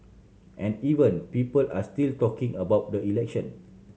and even people are still talking about the election